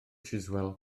chiswell